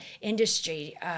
industry